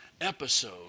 episode